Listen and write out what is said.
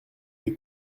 des